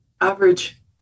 average